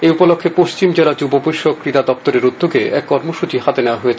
এ উপলক্ষ্যে পশ্চিম জেলা যুব বিষয়ক ক্রীড়া দপ্তরের উদ্যোগে এক কর্মসূচি হাতে নেওয়া হয়েছে